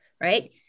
Right